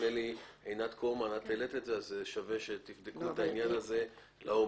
שווה שתבדקו את העניין הזה לעומק.